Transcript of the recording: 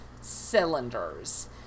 cylinders